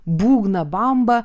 būgną bambą